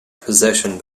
possession